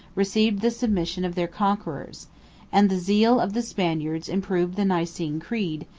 received the submission of their conquerors and the zeal of the spaniards improved the nicene creed,